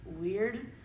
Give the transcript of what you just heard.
weird